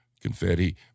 confetti